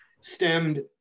stemmed